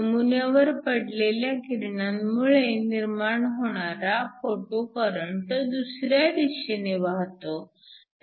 नमुन्यावर पडलेल्या किरणांमुळे निर्माण होणारा फोटो करंट दुसऱ्या दिशेने वाहतो